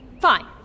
Fine